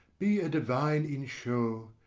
be a divine in shew,